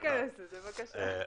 לא ניכנס לזה, בבקשה.